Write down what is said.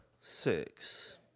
six